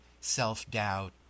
self-doubt